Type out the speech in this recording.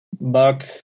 buck